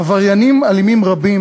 עבריינים אלימים רבים,